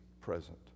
present